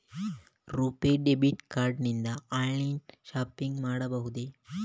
RuPay debit card ನಿಂದ online shopping ಮಾಡಬಹುದೇ?